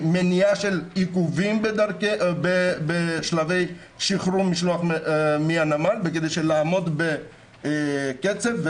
מניעה של עיכובים בשלבי שחרור משלוח מהנמל כדי שנעמוד בקצב.